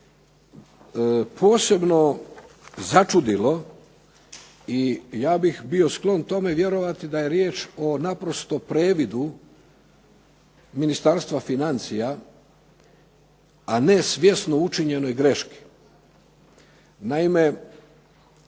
posebno začudilo i ja bih bio sklon tome vjerovati da je riječ o naprosto previdu Ministarstva financija, a ne svjesno učinjenoj greški. Naime,